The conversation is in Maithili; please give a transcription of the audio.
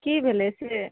की भेलए से